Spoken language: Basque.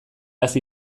hasi